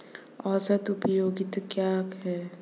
औसत उपयोगिता क्या है?